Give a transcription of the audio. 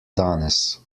danes